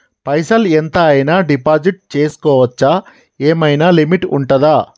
పైసల్ ఎంత అయినా డిపాజిట్ చేస్కోవచ్చా? ఏమైనా లిమిట్ ఉంటదా?